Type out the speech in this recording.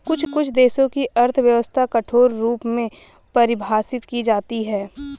कुछ देशों की अर्थव्यवस्था कठोर रूप में परिभाषित की जाती हैं